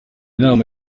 nama